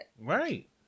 Right